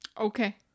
Okay